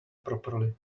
properly